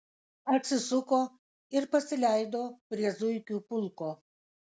atsisuko ir pasileido prie zuikių pulko